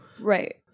Right